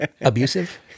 abusive